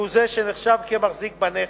והוא זה שנחשב כמחזיק בנכס,